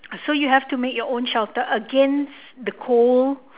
so you have to make your own shelter against the cold